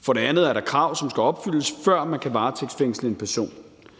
For det andet er der krav, som skal opfyldes, før man kan varetægtsfængsle en person.